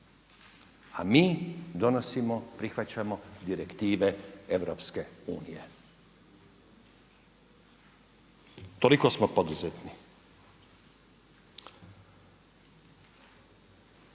a mi donosimo, prihvaćamo direktive EU. Toliko smo poduzetni.